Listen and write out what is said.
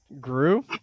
Grew